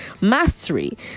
mastery